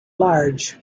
large